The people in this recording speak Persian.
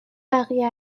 بقیه